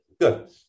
good